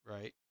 right